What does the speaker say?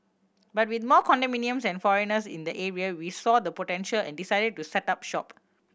but with more condominiums and foreigners in the area we saw the potential and decided to set up shop